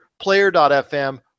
Player.fm